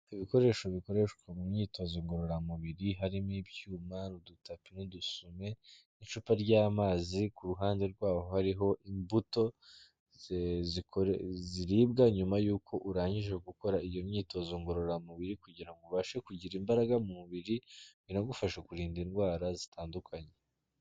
Ibikoresho bikoreshwa mu myitozo ngororamubiri, harimo ibyuma udutapi n'udusume, n'icupa ry'amazi, ku ruhande rwaho hariho imbuto ziribwa nyuma y'uko urangije gukora iyo myitozo ngororamubiri, kugirango ubashe kugira imbaraga mu mubiri, binagufasha kurinda indwara, zitandukanye.